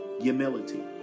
humility